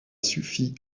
suffi